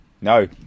No